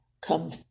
come